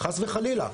חס וחלילה.